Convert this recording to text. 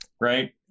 right